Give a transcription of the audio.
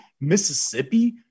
Mississippi